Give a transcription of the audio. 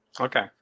Okay